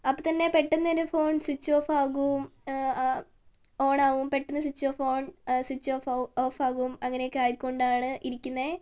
അപ്പോൾത്തന്നെ പെട്ടന്നെന്റെ phone switch off ആകും ഓൺ ആവും പെട്ടന്ന് switch off on switch off ആവും ഓഫ് ആകും അങ്ങനൊക്കെ ആയിക്കൊണ്ടാണ് ഇരിക്കുന്നത്